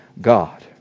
God